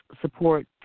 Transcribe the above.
support